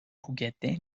juguete